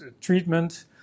treatment